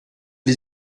wie